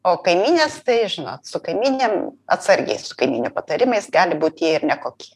o kaimynės tai žinot su kaimyninėm atsargiai su kaimynių patarimais gali būt jie ir nekokie